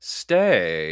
stay